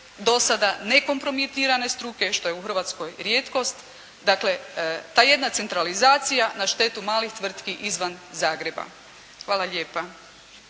do sada nekompromitirane struke što je u Hrvatskoj rijetkost, dakle ta jedna centralizacija na štetu malih tvrtki izvan Zagreba. Hvala lijepa.